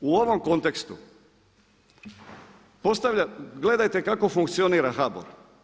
U ovom kontekstu, gledajte kako funkcionira HBOR?